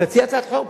תציע הצעת חוק.